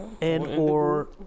and/or